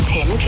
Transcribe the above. Tim